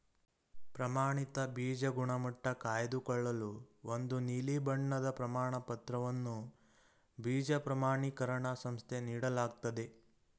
ಪ್ರಮಾಣಿತ ಬೀಜ ಗುಣಮಟ್ಟ ಕಾಯ್ದುಕೊಳ್ಳಲು ಒಂದು ನೀಲಿ ಬಣ್ಣದ ಪ್ರಮಾಣಪತ್ರವನ್ನು ಬೀಜ ಪ್ರಮಾಣಿಕರಣ ಸಂಸ್ಥೆ ನೀಡಲಾಗ್ತದೆ